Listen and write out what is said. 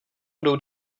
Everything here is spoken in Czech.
budou